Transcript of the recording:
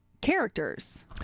characters